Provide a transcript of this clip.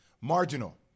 marginal